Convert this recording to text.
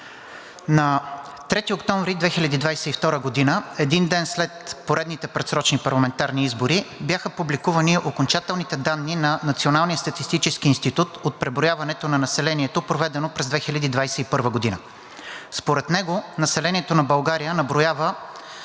На 3 октомври 2022 г., един ден след поредните предсрочни парламентарни избори, бяха публикувани окончателните данни на Националния статистически институт от преброяването на населението, проведено през 2021 г. Според него населението на България наброява